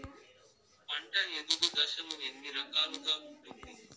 పంట ఎదుగు దశలు ఎన్ని రకాలుగా ఉంటుంది?